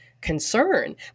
concern